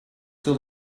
too